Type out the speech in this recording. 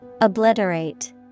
Obliterate